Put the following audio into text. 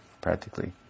practically